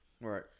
Right